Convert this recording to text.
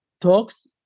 talks